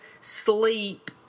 sleep